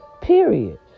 Period